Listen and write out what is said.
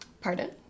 Pardon